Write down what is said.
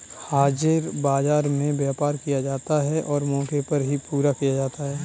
हाजिर बाजार में व्यापार किया जाता है और मौके पर ही पूरा किया जाता है